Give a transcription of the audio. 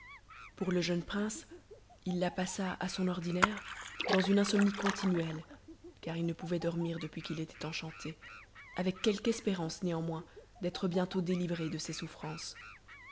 pour le jeune prince il la passa à son ordinaire dans une insomnie continuelle car il ne pouvait dormir depuis qu'il était enchanté avec quelque espérance néanmoins d'être bientôt délivré de ses souffrances